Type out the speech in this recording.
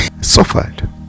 suffered